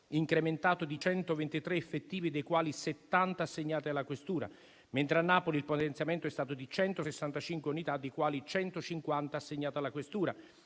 incrementato di 123 effettivi, dei quali 70 assegnati alla questura; mentre a Napoli il potenziamento è stato di 165 unità, delle quali 150 assegnate alla questura.